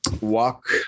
walk